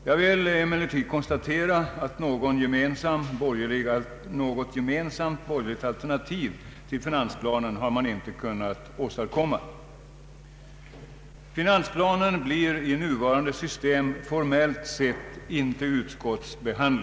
Jag vill emellertid konstatera att något gemensamt borgerligt alternativ till finansplanen har motionärerna inte kunnat åstadkomma. Finansplanen blir i nuvarande system formellt sett inte utskottsbehandlad.